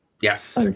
Yes